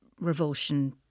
revulsion